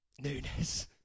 Nunes